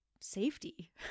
safety